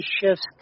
shifts